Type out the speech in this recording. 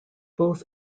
both